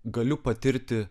galiu patirti